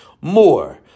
more